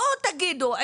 בואו תגידו,